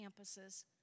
campuses